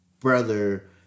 brother